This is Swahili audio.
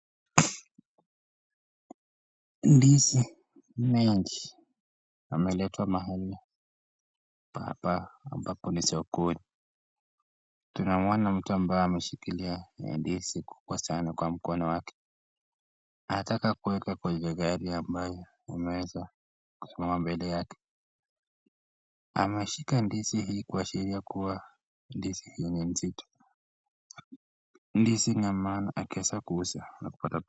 Ndizi mengi yameletwa mahali hapa ambapo ni sokoni, tunamwona mtu ambaye amshikilia ndizi mkubwa kwa mkono wake anataka kuweka kwenye gari ambalo umeweza kusimama mbele yake. Ameshika ndizi hii kuashiria kuwa ndizi hii ni nzito ndizi anaeza kuuza na kupata...